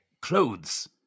clothes